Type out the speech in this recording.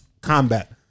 combat